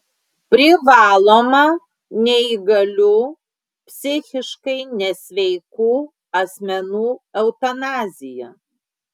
privaloma neįgalių psichiškai nesveikų asmenų eutanazija